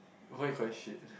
why you call it shit